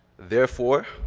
therefore,